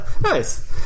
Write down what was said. Nice